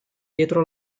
dietro